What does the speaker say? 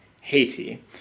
Haiti